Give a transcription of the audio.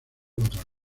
otra